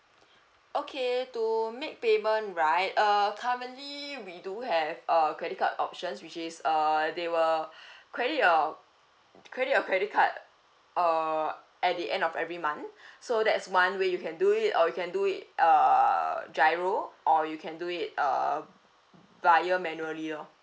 okay to make payment right err currently we do have err credit card options which is err they will credit your credit your credit card err at the end of every month so that's one way you can do it or you can do it err GIRO or you can do it um via manually loh